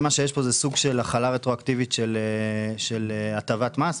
מה שיש פה זה סוג של החלה רטרואקטיבית של הטבת מס,